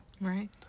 Right